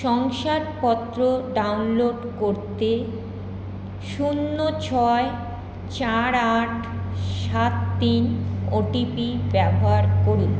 শংসাপত্র ডাউনলোড করতে শূন্য ছয় চার আট সাত তিন ওটিপি ব্যবহার করুন